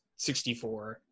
64